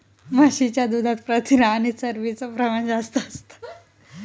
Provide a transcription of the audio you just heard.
म्हशीच्या दुधात प्रथिन आणि चरबीच प्रमाण जास्त असतं